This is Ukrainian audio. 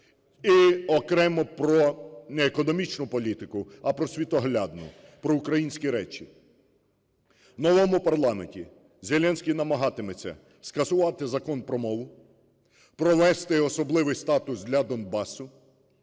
І окремо про не економічну політику, а про світоглядну, про українські речі. В новому парламенті Зеленський намагатиметься скасувати Закон про мову, провести особливий статус для Донбасу,